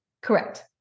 Correct